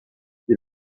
les